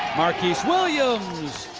marquiz williams.